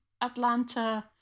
Atlanta